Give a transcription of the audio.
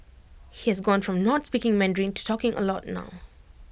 he has gone from not speaking Mandarin to talking A lot now